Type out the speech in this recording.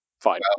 fine